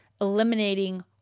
eliminating